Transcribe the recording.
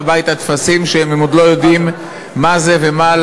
מה שהיא באה